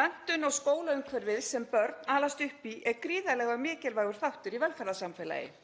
Menntun og skólaumhverfið sem börn alast upp í er gríðarlega mikilvægur þáttur í velferðarsamfélagi.